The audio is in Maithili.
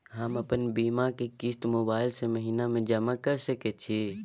हम अपन बीमा के किस्त मोबाईल से महीने में जमा कर सके छिए?